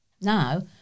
Now